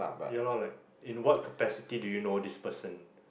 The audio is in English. ya lor like in what capacity do you know this person